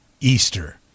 easter